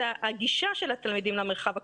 זה הגישה של התלמידים למרחב הקולי,